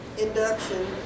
induction